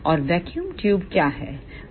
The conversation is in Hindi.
और वैक्यूम ट्यूब क्या हैं